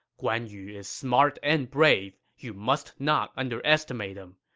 guan yu is smart and brave you must not underestimate him.